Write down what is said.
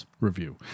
review